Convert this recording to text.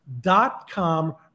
dot-com